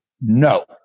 No